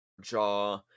jaw